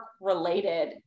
related